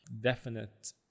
definite